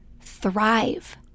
thrive